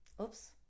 Oops